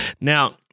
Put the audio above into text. Now